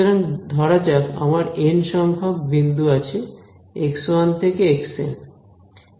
সুতরাং ধরা যাক আমার n সংখ্যক বিন্দু আছে x1 থেকে xn